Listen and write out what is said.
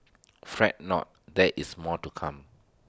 fret not there is more to come